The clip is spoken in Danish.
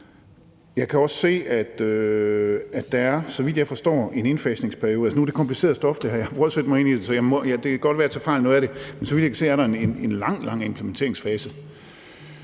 Jeg kan også se, at der, så vidt jeg forstår, er en indfasningsperiode. Altså, nu er det her kompliceret stof. Jeg har prøvet at sætte mig ind i det. Det kan godt være, at jeg tager fejl af noget af det, men så vidt jeg kan se, er der en lang, lang implementeringsfase,